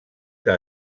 que